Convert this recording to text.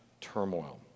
turmoil